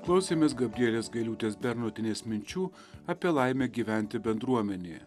klausėmės gabrielės gailiūtės bernotienės minčių apie laimę gyventi bendruomenėje